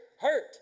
hurt